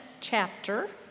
chapter